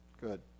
Good